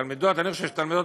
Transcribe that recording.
אני חושב תלמידות,